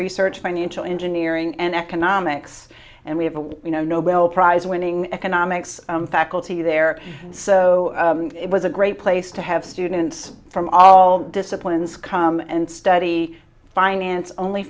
research financial engineering and economics and we have a you know nobel prize winning economics faculty there so it was a great place to have students from all disciplines come and study finance only